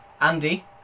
Andy